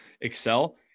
excel